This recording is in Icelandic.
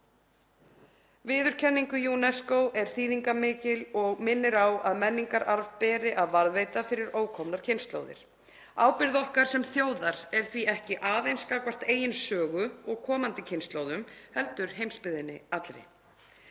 Viðurkenning UNESCO er þýðingarmikil og minnir á að menningararf beri að varðveita fyrir ókomnar kynslóðir. Ábyrgð okkar sem þjóðar er því ekki aðeins gagnvart eigin sögu og komandi kynslóðum heldur heimsbyggðinni allri.